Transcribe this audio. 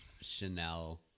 Chanel